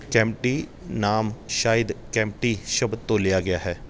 ਕੈਂਪਟੀ ਨਾਮ ਸ਼ਾਇਦ ਕੈਂਪਟੀ ਸ਼ਬਦ ਤੋਂ ਲਿਆ ਗਿਆ ਹੈ